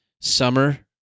summer